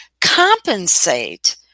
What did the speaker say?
compensate